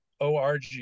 ORG